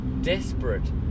desperate